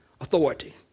authority